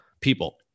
people